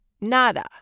Nada